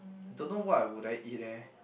don't know what would I eat eh